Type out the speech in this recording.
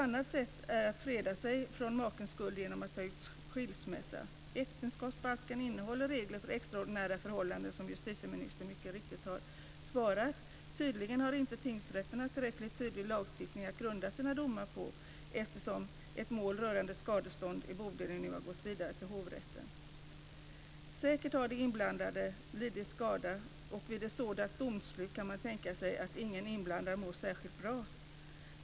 Ett sätt att freda sig från makens skuld är att ta ut skilsmässa. Äktenskapsbalken innehåller regler för extraordinära förhållanden, som justitieministern mycket riktigt påpekade. Men tingsrätterna har inte tillräckligt tydlig lagstiftning att grunda sina domar på, eftersom ett mål rörande skadestånd vid bodelning nu har gått vidare till hovrätten. Säkert har de inblandade lidit skada, och vid ett sådant domslut kan man tänka sig att ingen inblandad mår särskilt bra.